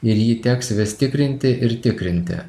ir jį teks vis tikrinti ir tikrinti